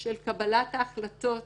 של קבלת ההחלטות